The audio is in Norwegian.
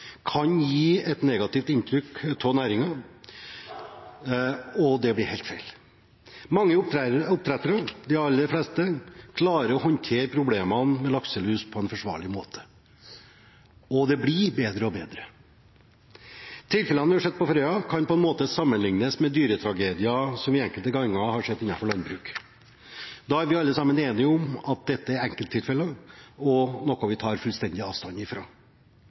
kan gi et negativt inntrykk av næringen, og det blir helt feil. Mange oppdrettere – de aller fleste – klarer å håndtere problemene med lakselus på en forsvarlig måte, og det blir bedre og bedre. Tilfellene vi har sett ved Frøya, kan på en måte sammenlignes med dyretragedier som vi enkelte ganger har sett innenfor landbruket. Da er vi alle sammen enige om at dette er enkelttilfeller, og noe vi tar fullstendig avstand